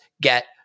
get